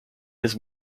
his